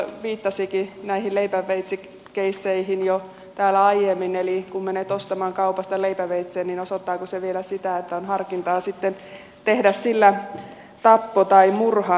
zyskowicz jo viittasikin näihin leipäveitsikeisseihin täällä aiemmin eli kun menet ostamaan kaupasta leipäveitsen niin osoittaako se vielä sitä että on harkintaa sitten tehdä sillä tappo tai murha